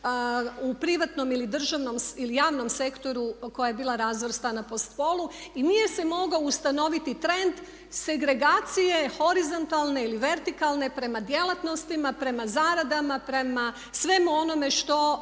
u privatnom ili državnom ili javnom sektoru koja je bila razvrstana po spolu i nije se mogao ustanoviti trend segregacije horizontalne ili vertikalne prema djelatnostima, prema zaradama, prema svemu onome što